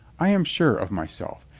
i am sure of myself.